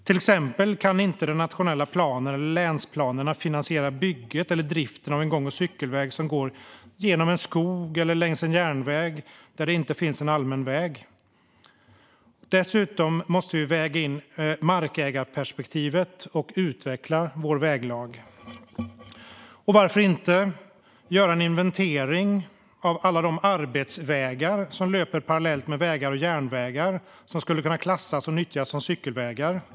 Till exempel kan den nationella planen eller länsplanerna inte finansiera bygget eller driften av en gång och cykelväg som går genom en skog eller längs en järnväg där det inte finns en allmän väg. Vi måste också väga in markägarperspektivet och utveckla vår väglag. Varför inte göra en inventering av alla de arbetsvägar som löper parallellt med vägar och järnvägar? De skulle kunna klassas och nyttjas som cykelvägar.